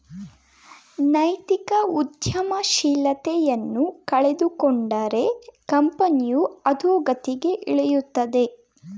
ನೈತಿಕ ಉದ್ಯಮಶೀಲತೆಯನ್ನು ಕಳೆದುಕೊಂಡರೆ ಕಂಪನಿಯು ಅದೋಗತಿಗೆ ಇಳಿಯುತ್ತದೆ